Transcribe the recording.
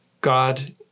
God